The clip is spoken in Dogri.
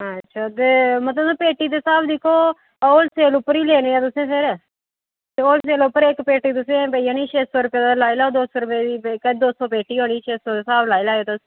अच्छा ते मतलब तुस पेटी दा स्हाब दिक्खो होलसेल पर ही लैनी ऐ तुसें फिर ते होलसेल पर इक पेटी तुसेंगी पेई जानी मतलब छे सौ रपेऽ दा लाई लो दो सौ रपेऽ दी दो सौ पेटी होनी छे सौ दा स्हाब लाई लैओ तुस